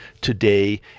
today